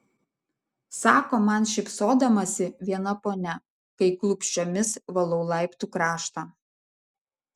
sako man šypsodamasi viena ponia kai klupsčiomis valau laiptų kraštą